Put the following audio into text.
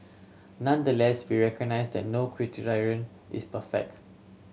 nonetheless we recognise that no criterion is perfect